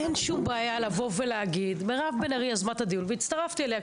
אין שום בעיה לבוא ולהגיד "מירב בן ארי יזמה את הדיון והצטרפתי אליה".